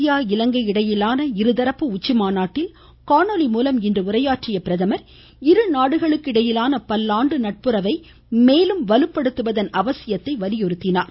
India இலங்கை இடையிலான இருதரப்பு உச்சி மாநாட்டில் காணொலி மூலம் இன்று உரையாற்றிய பிரதமர் இருநாடுகளுக்கு இடையிலான பல்லாண்டு நட்புறவை மேலும் வலுப்படுத்துவதன் அவசியத்தை வலியுறுத்தினார்